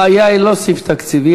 הבעיה היא לא סעיף תקציבי,